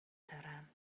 دارم